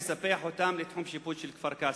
לתחום השיפוט של כפר-קאסם,